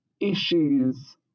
issues